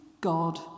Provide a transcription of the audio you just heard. God